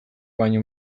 baino